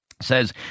says